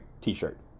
t-shirt